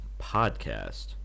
podcast